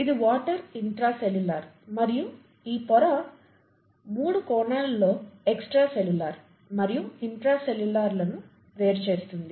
ఇది water intracellular మరియు ఈ పొర మూడు కోణాలలో ఎక్స్ట్రా సెల్యూలర్ మరియు ఇంట్రా సెల్యూలర్ లను వేరు చేస్తుంది